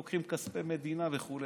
לוקחים כספי מדינה וכו',